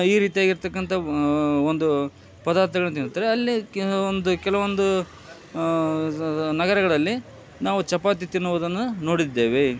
ಈ ರೀತಿಯಾಗಿರ್ತಕಂಥ ಒಂದು ಪದಾರ್ಥಗಳನ್ನ ತಿಂತಾರೆ ಅಲ್ಲಿ ಕೆಲವೊಂದು ಕೆಲವೊಂದು ನಗರಗಳಲ್ಲಿ ನಾವು ಚಪಾತಿ ತಿನ್ನುವುದನ್ನು ನೋಡಿದ್ದೇವೆ